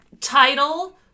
Title